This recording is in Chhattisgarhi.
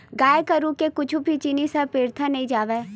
गाय गरुवा के कुछु भी जिनिस ह बिरथा नइ जावय